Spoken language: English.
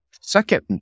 second